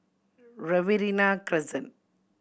Riverina Crescent